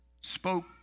spoke